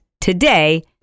Today